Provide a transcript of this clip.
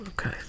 Okay